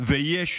ויש